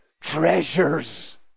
treasures